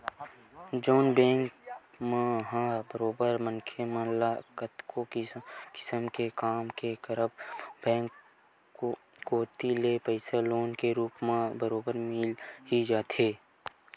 जउन बेंक मन ह बरोबर मनखे मन ल कतको किसम के काम के करब म बेंक कोती ले पइसा लोन के रुप म बरोबर मिल ही जाथे